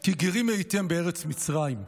כי גרים הייתם בארץ מצרים".